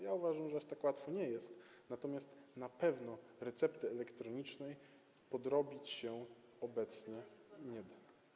Ja uważam, że aż tak łatwo nie jest, natomiast na pewno recepty elektronicznej podrobić się obecnie nie da.